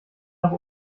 noch